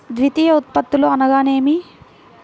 ద్వితీయ ఉత్పత్తులు అనగా నేమి?